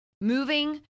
Moving